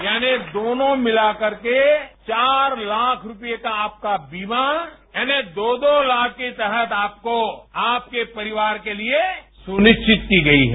यानि दोनों मिलाकर के चार लाख रूपए का आपका बीमा यानि दो दो लाख के तहत आपको आपके परिवार के लिए सुनिश्चित की गई है